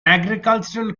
agricultural